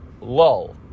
lull